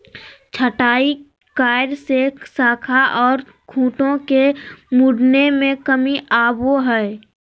छंटाई कार्य से शाखा ओर खूंटों के मुड़ने में कमी आवो हइ